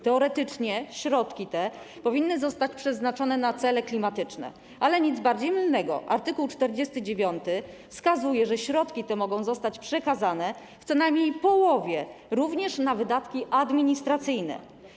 Teoretycznie środki te powinny zostać przeznaczone na cele klimatyczne, ale nic bardziej mylnego: art. 49 wskazuje, że środki te mogą zostać przekazane w co najmniej połowie również na wydatki administracyjne.